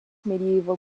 medieval